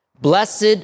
Blessed